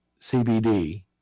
CBD